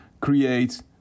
create